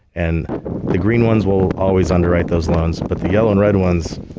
and the green ones will always underwrite those loans, but the yellow and red ones,